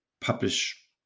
publish